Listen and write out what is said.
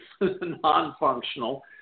non-functional